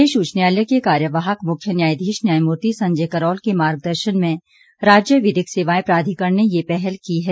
प्रदेश उच्च न्यायालय के कार्यवाहक मुख्य न्यायाधीश न्यायमूर्ति संजय करोल के मार्ग दर्शन मे राज्य विधिक सेवाए प्राधिकरण ने ये पहल की है